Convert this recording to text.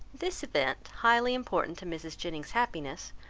this event, highly important to mrs. jennings's happiness,